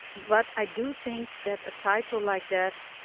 but i do think that a title like that,